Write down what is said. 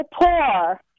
poor